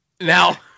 Now